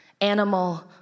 animal